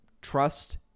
trust